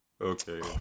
Okay